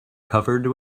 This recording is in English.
covered